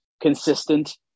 consistent